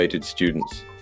students